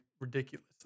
ridiculously